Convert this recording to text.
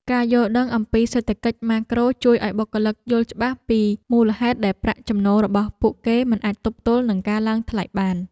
ការយល់ដឹងអំពីសេដ្ឋកិច្ចម៉ាក្រូជួយឱ្យបុគ្គលិកយល់ច្បាស់ពីមូលហេតុដែលប្រាក់ចំណូលរបស់ពួកគេមិនអាចទប់ទល់នឹងការឡើងថ្លៃបាន។